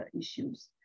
issues